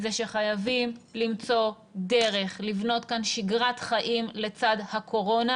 שחייבים למצוא דרך לבנות כאן שגרת חיים לצד הקורונה